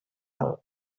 alt